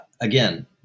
Again